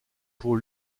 pour